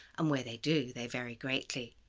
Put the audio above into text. um where they do, they vary greatly.